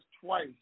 twice